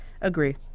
Agree